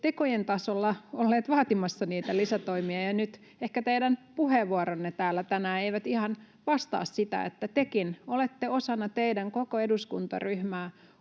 tekojen tasolla ollut vaatimassa niitä lisätoimia ja nyt ehkä teidän puheenvuoronne täällä tänään eivät ihan vastaa sitä, että tekin olette osana teidän koko eduskuntaryhmää